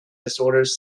disorders